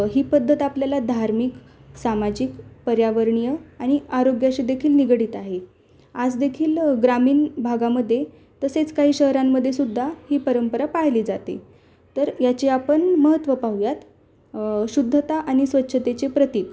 ही पद्धत आपल्याला धार्मिक सामाजिक पर्यावरणीय आणि आरोग्याशीदेखील निगडीत आहे आज देखील ग्रामीण भागामध्ये तसेच काही शहरांमध्येसुद्धा ही परंपरा पाळली जाते तर याची आपण महत्त्व पाहूयात शुद्धता आणि स्वच्छतेचे प्रतिक